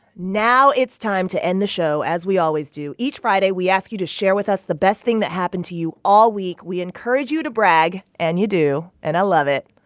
now it's time to end the show, as we always do. each friday, we ask you to share with us the best thing that happened to you all week. we encourage you to brag. and you do. and i love it.